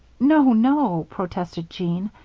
no, no, protested jean.